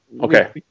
Okay